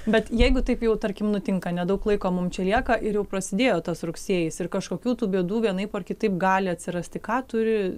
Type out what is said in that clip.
bet jeigu taip jau tarkim nutinka nedaug laiko mum čia lieka ir jau prasidėjo tas rugsėjis ir kažkokių tų bėdų vienaip ar kitaip gali atsirasti ką turi